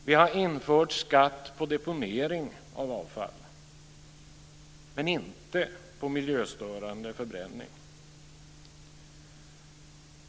Vi har infört skatt på deponering av avfall, men inte på miljöstörande förbränning.